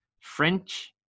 French